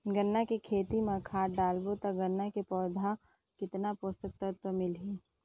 गन्ना के खेती मां खाद डालबो ता गन्ना के पौधा कितन पोषक तत्व मिलही?